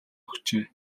өгчээ